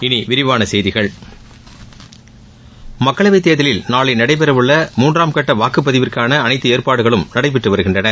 இனி விரிவான செய்திகள் மக்களவைத் தேர்தலில் நாளை நடைபெறவுள்ள மூன்றாம் கட்ட வாக்குப்பதிவுக்கான அனைத்து ஏற்பாடுகளும் நடைபெற்று வருகின்றன